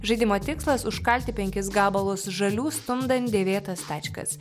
žaidimo tikslas užkalti penkis gabalus žalių stumdant dėvėtas tačkas